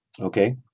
Okay